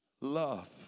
love